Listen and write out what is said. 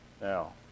Now